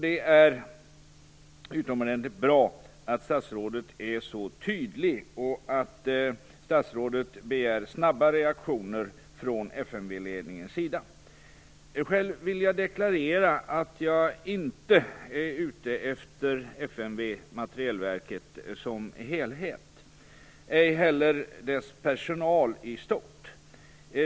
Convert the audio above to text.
Det är utomordentligt bra att statsrådet är så tydlig och begär snabba reaktioner från FMV-ledningens sida. Själv vill jag deklarera att jag inte är ute efter Försvarets materielverk som helhet ej heller dess personal i stort.